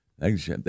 Thanks